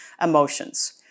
emotions